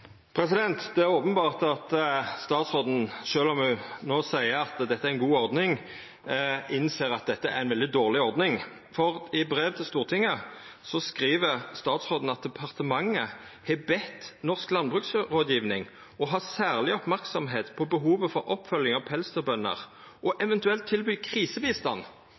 Det er openbert at statsråden, sjølv om ho no seier at dette er ei god ordning, innser at dette er ei veldig dårleg ordning. For i brevet til Stortinget skriv statsråden at departementet har bedd Norsk Landbruksrådgiving ha særleg merksemd på behovet for oppfølging av pelsdyrbønder og eventuelt tilby